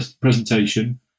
presentation